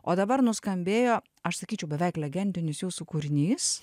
o dabar nuskambėjo aš sakyčiau beveik legendinis jūsų kūrinys